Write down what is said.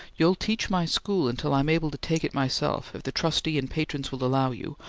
you'll teach my school until i'm able to take it myself, if the trustee and patrons will allow you,